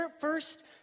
first